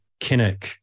Kinnock